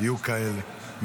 יהיו כאלה,